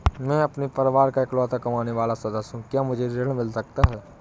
मैं अपने परिवार का इकलौता कमाने वाला सदस्य हूँ क्या मुझे ऋण मिल सकता है?